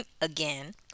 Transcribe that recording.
Again